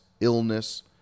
illness